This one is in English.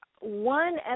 one